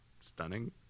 stunning